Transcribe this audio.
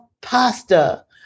pasta